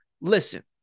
Listen